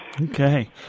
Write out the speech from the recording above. Okay